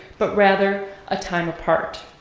but rather a time apart.